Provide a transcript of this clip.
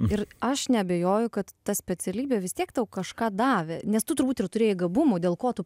ir aš neabejoju kad ta specialybė vis tiek tau kažką davė nes tu turbūt ir turėjai gabumų dėl ko tu